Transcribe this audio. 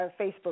Facebook